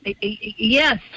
Yes